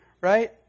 right